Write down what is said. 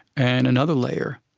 and another layer